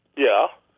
yeah